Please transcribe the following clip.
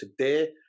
Today